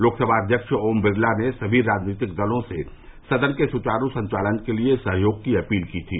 लोकसभा अध्यक्ष ओम बिरला ने सभी राजनीतिक दलों से सदन के सुचारू संचालन के लिए सहयोग की अपील की थी